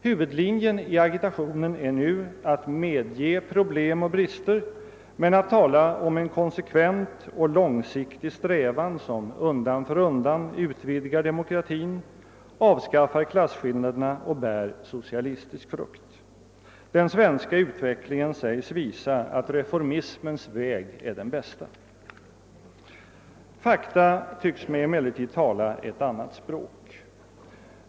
Huvudlinjen i agitationen är nu att medge problem och brister och att tala om en konsekvent och långsiktig strävan som undan för undan utvidgar demokratin, avskaffar klasskillnaderna och bär socialistisk frukt. Den svenska utvecklingen sägs visa att reformismens väg är den bästa. Fakta tycks mig emellertid tala ett annat språk.